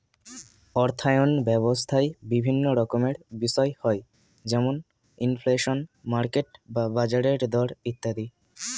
অর্থায়ন ব্যবস্থায় বিভিন্ন রকমের বিষয় হয় যেমন ইনফ্লেশন, মার্কেট বা বাজারের দর ইত্যাদি